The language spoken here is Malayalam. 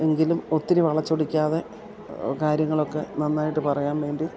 എങ്കിലും ഒത്തിരി വളച്ചൊടിക്കാതെ കാര്യങ്ങളൊക്കെ നന്നായിട്ട് പറയാൻവേണ്ടി